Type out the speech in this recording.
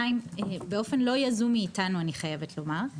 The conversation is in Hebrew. באופן לא יזום מאיתנו אני חייבת לומר,